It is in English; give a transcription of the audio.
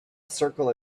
circle